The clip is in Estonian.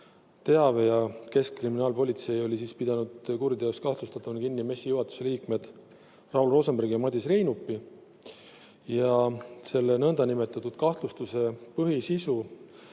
teave, et keskkriminaalpolitsei on pidanud kuriteos kahtlustatavana kinni MES-i juhatuse liikmed Raul Rosenbergi ja Madis Reinupi. Selle nõndanimetatud kahtlustuse põhisisu